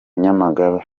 nyamagabe